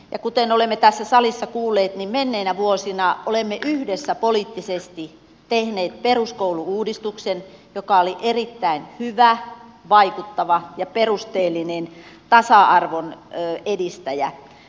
ja kuten olemme tässä salissa kuulleet niin menneinä vuosina olemme yhdessä poliittisesti tehneet peruskoulu uudistuksen joka oli erittäin hyvä vaikuttava ja perusteellinen tasa arvon edistäjä